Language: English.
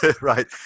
Right